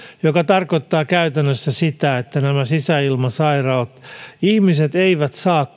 mikä tarkoittaa käytännössä sitä että sisäilmasairaat ihmiset eivät saa